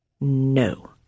No